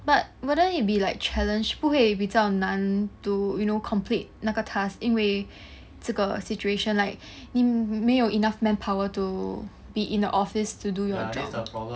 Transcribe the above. but wouldn't it be like challenge 不会比较难 to you know complete 那个 task 因为这个 situation like 你没有 enough manpower to be in the office to do your job